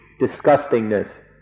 disgustingness